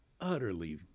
utterly